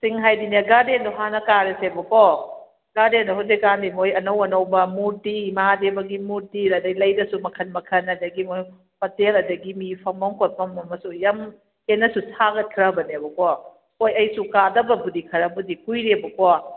ꯆꯤꯡ ꯍꯥꯏꯗꯤꯅꯦ ꯒꯥꯔꯗꯦꯟꯗꯣ ꯍꯥꯟꯅ ꯀꯥꯔꯁꯦꯕꯀꯣ ꯒꯥꯔꯗꯦꯟꯗꯣ ꯍꯧꯖꯤꯛ ꯀꯥꯟꯗꯤ ꯃꯣꯏ ꯑꯅꯧ ꯑꯅꯧꯕ ꯃꯨꯔꯇꯤ ꯃꯍꯥꯗꯦꯕꯒꯤ ꯃꯨꯔꯇꯤ ꯑꯗꯒꯤ ꯂꯩꯗꯁꯨ ꯃꯈꯟ ꯃꯈꯟ ꯑꯗꯒꯤ ꯃꯣꯏ ꯍꯣꯇꯦꯜ ꯑꯗꯒꯤ ꯃꯤ ꯐꯝꯐꯝ ꯈꯣꯠꯐꯝ ꯑꯃꯁꯨ ꯌꯥꯝ ꯍꯦꯟꯅꯁꯨ ꯁꯥꯒꯠꯈ꯭ꯔꯕꯅꯦꯕꯀꯣ ꯍꯣꯏ ꯑꯩꯁꯨ ꯀꯥꯗꯕꯕꯨꯗꯤ ꯈꯔꯕꯨꯗꯤ ꯀꯨꯏꯔꯦꯕꯀꯣ